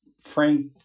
Frank